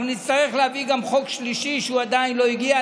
אנחנו נצטרך להביא גם חוק שלישי, שעדיין לא הגיע.